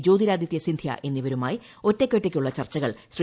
ജ്യോതിരാദിത്യ സിന്ധ്യ എന്നിവരുമായി ഒറ്റയ്ക്ക് ഒറ്റിയ്ക്കുള്ള ചർച്ചകൾ ശ്രീ